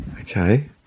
okay